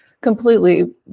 completely